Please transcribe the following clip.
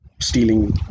stealing